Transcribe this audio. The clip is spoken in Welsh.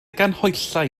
ganhwyllau